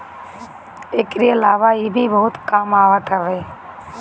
एकरी अलावा भी इ बहुते काम आवत हवे